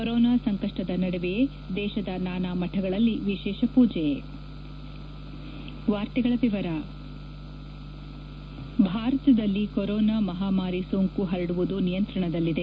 corona ಸಂಕಷ್ಟದ ನಡುವೆಯೇ ದೇಶದ ನಾನಾ ಮಠಗಳಲ್ಲಿ ವಿಶೇಷ ಮೂಜೆ ಭಾರತದಲ್ಲಿ ಕೊರೊನಾ ಮಹಾಮಾರಿ ಸೋಂಕು ಪರಡುವುದು ನಿಯಂತ್ರಣದಲ್ಲಿದೆ